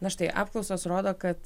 na štai apklausos rodo kad